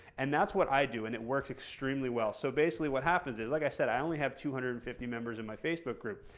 and that's what i do, and it works extremely well. so basically what happens is, like i said, i only have two hundred and fifty members in my facebook group.